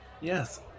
Yes